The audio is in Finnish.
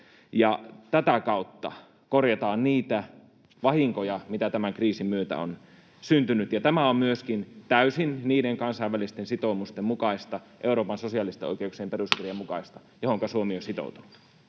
tätä kautta korjataan niitä vahinkoja, mitä tämän kriisin myötä on syntynyt. Tämä on myöskin täysin niiden kansainvälisten sitoumusten mukaista, Euroopan sosiaalisten oikeuksien peruskirjan mukaista, joihinka Suomi on sitoutunut.